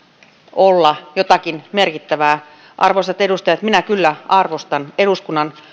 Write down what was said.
olla jotakin merkittävää arvoisat edustajat minä kyllä arvostan eduskunnan